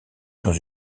dans